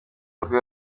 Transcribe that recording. mutwe